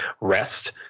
rest